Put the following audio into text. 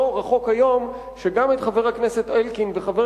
לא רחוק היום שגם את חבר הכנסת אלקין וחבר